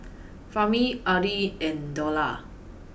Fahmi Adi and Dollah